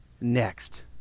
next